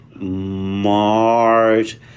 March